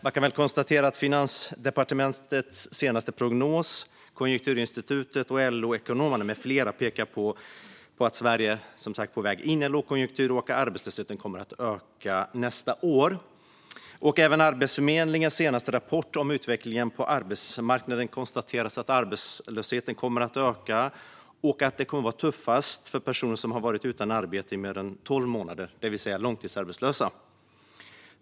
Man kan konstatera att Finansdepartementets senaste prognos, Konjunkturinstitutet och LO-ekonomerna med flera pekar på att Sverige är på väg in i en lågkonjunktur och att arbetslösheten kommer att öka nästa år. Även i Arbetsförmedlingens senaste rapport om utvecklingen på arbetsmarknaden konstateras att arbetslösheten kommer att öka och att det kommer att vara tuffast för personer som har varit utan arbete i mer än tolv månader, det vill säga långtidsarbetslösa.